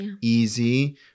easy